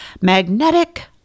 Magnetic